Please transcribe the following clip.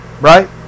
Right